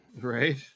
Right